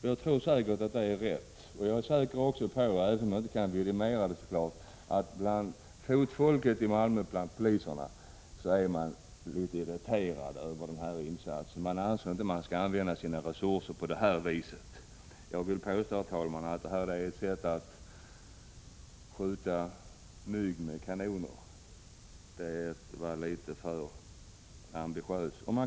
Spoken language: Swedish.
Jag tror detta är helt riktigt. Jag är också säker på — även om jag inte kan vidimera detta — att man bland det s.k. fotfolket vid Malmöpolisen är litet grand irriterad över dessa insatser. Man anser inte att resurserna skall användas på detta vis. Jag vill påstå, herr talman, att detta är ett sätt att skjuta mygg med kanoner. Det är för ambitiöst.